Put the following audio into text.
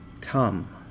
come